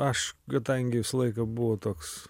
aš kadangi visą laiką buvo toks